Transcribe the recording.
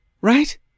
right